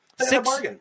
Six